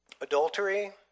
Adultery